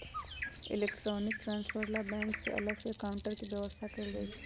electronic transfer ला bank में अलग से काउंटर के व्यवस्था कएल हई